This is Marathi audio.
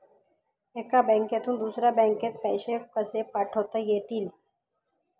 एका बँकेतून दुसऱ्या बँकेत पैसे कसे पाठवता येतील?